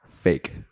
fake